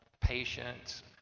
patients